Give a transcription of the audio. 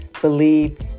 believe